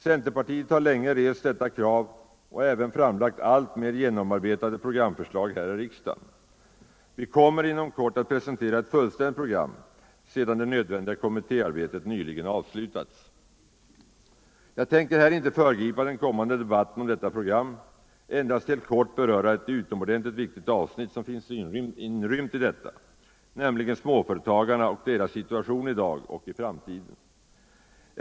Centerpartiet har länge rest detta krav och även framlagt alltmer genomarbetade programförslag här i riksdagen. Vi kommer inom kort att presentera ett fullständigt program sedan det nödvändiga kommittéarbetet nyligen avslutats. Jag tänker här inte föregripa den kommande debatten om detta program — endast helt kort beröra ett utomordentligt viktigt avsnitt som finns inrymt i detta, nämligen småföretagarna och deras situation i dag och i framtiden.